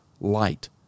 light